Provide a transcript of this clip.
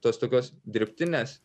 tos tokios dirbtinės